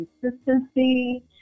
consistency